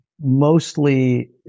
mostly